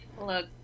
Look